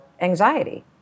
anxiety